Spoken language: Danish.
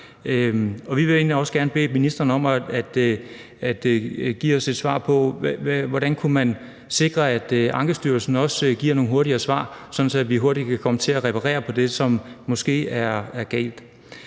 egentlig også gerne bede ministeren om at give os et svar på, hvordan man kan sikre, at Ankestyrelsen giver nogle hurtigere svar, så vi hurtigere kan komme til at reparere på det, som måske er gået